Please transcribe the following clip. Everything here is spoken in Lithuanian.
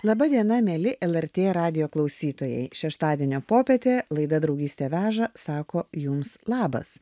laba diena mieli lrt radijo klausytojai šeštadienio popietę laida draugystė veža sako jums labas